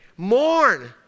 Mourn